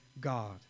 God